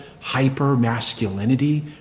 hyper-masculinity